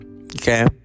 Okay